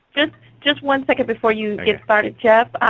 just one second before you get started, jeff.